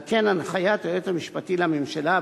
על כן הנחיית היועץ המשפטי לממשלה,